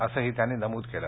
असंही त्यांनी नमूद केलं